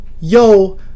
Yo